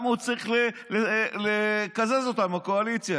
כי הוא צריך לקזז אותם עם הקואליציה.